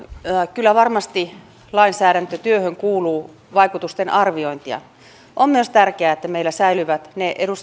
kyllä varmasti lainsäädäntötyöhön kuuluu vaikutusten arviointia on myös tärkeää että meillä säilyvät